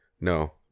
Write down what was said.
No